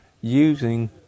using